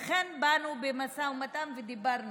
לכן באנו למשא ומתן, ודיברנו.